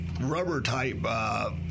rubber-type